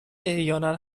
احیانا